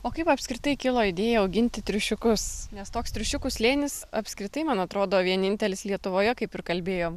o kaip apskritai kilo idėja auginti triušiukus nes toks triušiukų slėnis apskritai man atrodo vienintelis lietuvoje kaip ir kalbėjom